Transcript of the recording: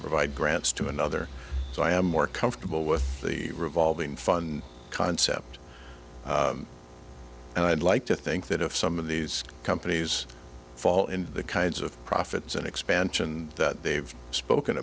provide grants to another so i am more comfortable with the revolving fund concept and i'd like to think that if some of these companies fall into the kinds of profits and expansion that they've spoken